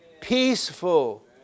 peaceful